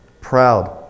proud